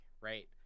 right